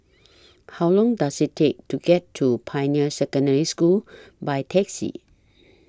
How Long Does IT Take to get to Pioneer Secondary School By Taxi